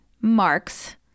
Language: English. marks